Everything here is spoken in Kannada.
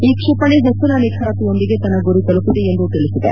ಈ ಕ್ವಿಪಣಿ ಹೆಚ್ಚಿನ ನಿಖರತೆಯೊಂದಿಗೆ ತನ್ನ ಗುರಿ ತೆಲುಪಿದೆ ಎಂದು ತಿಳಿಸಿದೆ